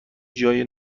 جای